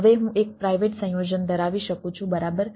હવે હું એક પ્રાઇવેટ સંયોજન ધરાવી શકું છું બરાબર